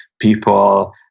people